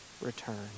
return